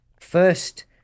First